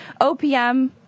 OPM